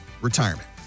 retirement